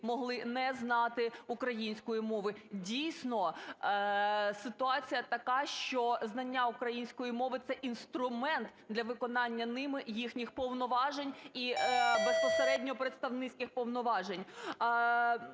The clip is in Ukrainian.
могли не знати української мови. Дійсно, ситуація така, що знання української мови – це інструмент для виконання ними їхніх повноважень і безпосередньо представницьких повноважень.